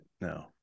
No